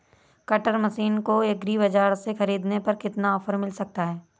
Cutter machine को agri बाजार से ख़रीदने पर कितना ऑफर मिल सकता है?